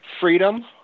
Freedom